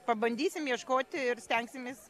pabandysim ieškoti ir stengsimės